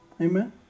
Amen